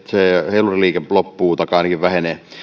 heiluriliike loppuu taikka ainakin vähenee